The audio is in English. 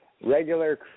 Regular